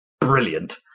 brilliant